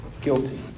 guilty